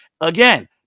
Again